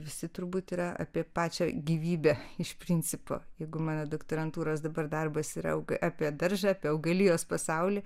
visi turbūt yra apie pačią gyvybę iš principo jeigu mano doktorantūros dabar darbas yra apie daržą apie augalijos pasaulį